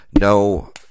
no